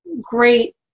great